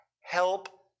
Help